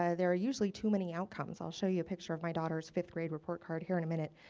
ah there are usually too many outcomes. i'll show you a picture of my daughter's fifth grade report card here in a minute.